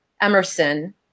Emerson